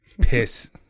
piss